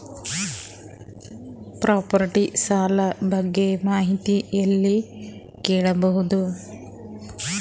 Property ಸಾಲ ಬಗ್ಗೆ ಮಾಹಿತಿ ಎಲ್ಲ ಕೇಳಬಹುದು?